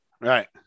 Right